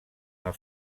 els